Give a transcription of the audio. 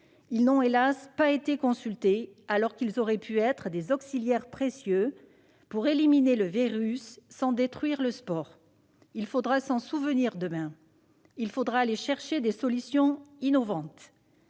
ils n'ont pas été consultés, alors qu'ils auraient pu être des auxiliaires précieux pour éliminer le virus sans détruire le sport. Il faudra s'en souvenir demain. Il faudra aller chercher des solutions innovantes.